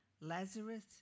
Lazarus